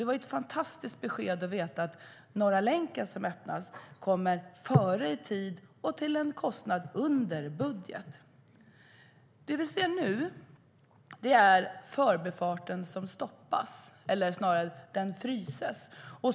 Det var ett fantastiskt besked att Norra länken, som nu öppnas, kommer före i tid och till en kostnad under budget. Det vi ser nu är Förbifarten som stoppas, eller snarare fryses.